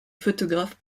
photographe